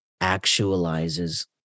actualizes